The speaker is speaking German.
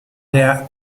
der